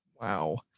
Wow